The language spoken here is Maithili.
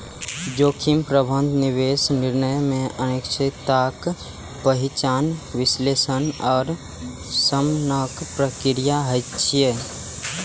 जोखिम प्रबंधन निवेश निर्णय मे अनिश्चितताक पहिचान, विश्लेषण आ शमनक प्रक्रिया छियै